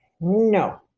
No